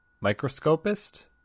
microscopist